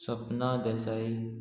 Sapna Desai